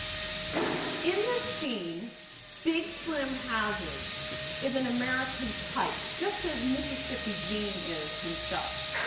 in this scene big slim hazard is an american type, just as mississippi gene is himself.